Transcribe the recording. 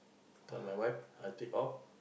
tell my wife I take off